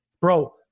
bro